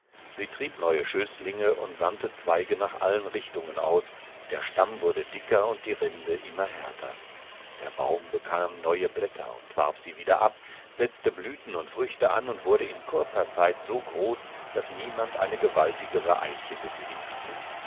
sie trieb neue schößlinge und sandte zweige nach allen richtungen aus der stamm wurde dicker und die rinde immer härter der baum bekam neue blätter und warf sie wieder ab setzte blüten und früchte an und wurde in kurzer zeit so groß daß niemand eine gewaltigere eiche gesehen hatte